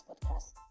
podcast